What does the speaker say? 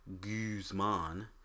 Guzman